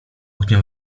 oknie